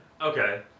okay